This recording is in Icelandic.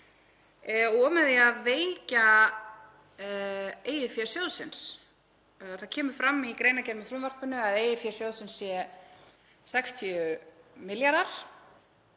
og með því að veikja eigið fé sjóðsins. Það kemur fram í greinargerð með frumvarpinu að eigið fé sjóðsins sé 60 milljarðar